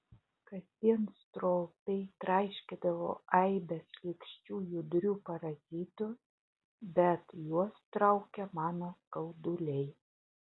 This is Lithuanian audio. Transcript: kasdien stropiai traiškydavau aibes šlykščių judrių parazitų bet juos traukė mano skauduliai